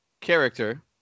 character